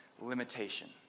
limitation